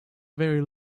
very